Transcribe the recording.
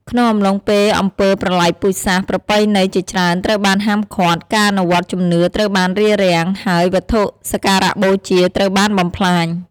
ក្នុងអំឡុងពេលអំពើប្រល័យពូជសាសន៍ ប្រពៃណីជាច្រើនត្រូវបានហាមឃាត់ ការអនុវត្តន៍ជំនឿត្រូវបានរារាំង ហើយវត្ថុសក្ការៈបូជាត្រូវបានបំផ្លាញ។